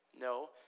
no